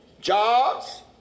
jobs